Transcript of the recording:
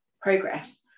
progress